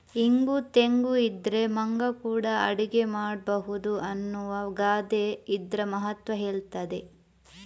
ಇಂಗು ತೆಂಗು ಇದ್ರೆ ಮಂಗ ಕೂಡಾ ಅಡಿಗೆ ಮಾಡ್ಬಹುದು ಅನ್ನುವ ಗಾದೆ ಇದ್ರ ಮಹತ್ವ ಹೇಳ್ತದೆ